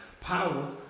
power